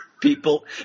People